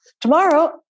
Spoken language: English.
Tomorrow